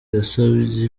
yasabye